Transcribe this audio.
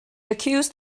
accused